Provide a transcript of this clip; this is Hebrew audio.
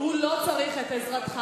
הוא לא צריך את עזרתך.